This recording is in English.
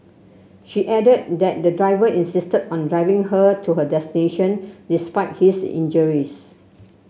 she added that the driver insisted on driving her to her destination despite his injuries